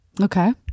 Okay